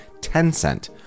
Tencent